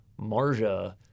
Marja